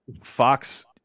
fox